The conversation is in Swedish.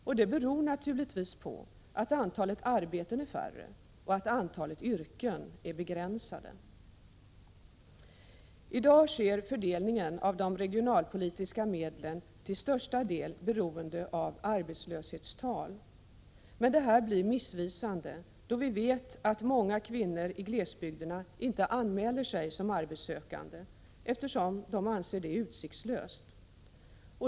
Detta beror naturligtvis på att antalet arbeten är mindre och att antalet yrken är begränsade. Fördelningen av regionalpolitiska medel är i dag beroende av arbetslöshetstalen. Detta blir missvisande, då vi vet att många kvinnor i glesbygderna inte anmäler sig som arbetssökande, eftersom de anser det utsiktslöst.